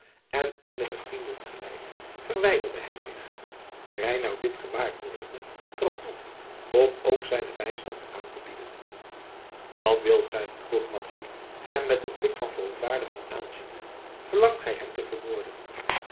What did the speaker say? en eenige vrienden geleid verwijderde hij zich reinout dit gewaarwordende trad toe om ook zijnen bijstand aan te bieden wat wilt gij vroeg madzy hem met een blik van verontwaardiging aanziende verlangt gij hem te vermoorden